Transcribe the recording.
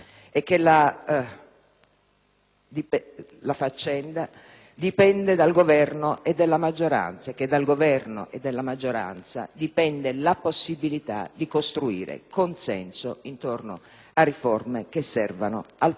dipende dal Governo e dalla maggioranza, che dal Governo e dalla maggioranza dipende la possibilità di costruire consenso intorno a riforme che servano al Paese. Ma si è anche rovesciata una prassi oppositiva,